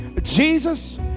Jesus